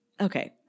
Okay